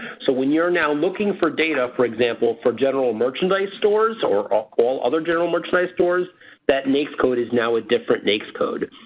so when you're now looking for data for example for general merchandise stores or all all other general merchandise stores that naics code is now a different naics code.